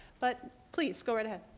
but please, go right